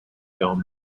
film